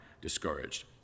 discouraged